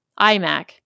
iMac